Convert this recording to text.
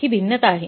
हि भिन्नता आहे